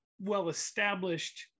well-established